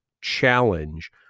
challenge